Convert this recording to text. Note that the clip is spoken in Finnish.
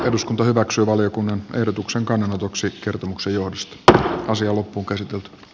eduskunta hyväksyy valiokunnan ehdotuksen kannanotoksi kertomuksen johdosta asia loppukarsinta